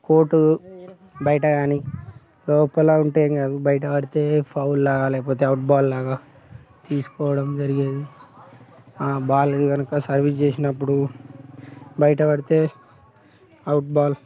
court బయట కానీ లోపల ఉంటే ఏంకాదు బయటపడితే ఫౌల్ లాగా లేకపోతే ఔట్ బాల్ లాగా తీసుకోవటం జరిగేది ఆ బాల్ని కనుక సర్వీస్ చేసినప్పుడు బయటపడితే అవుట్ బాల్